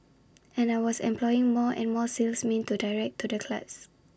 and I was employing more and more salesmen to direct to clients